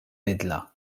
bidla